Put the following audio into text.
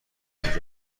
نجات